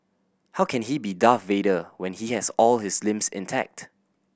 how can he be Darth Vader when he has all his limbs intact